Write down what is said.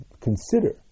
consider